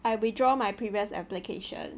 I withdraw my previous application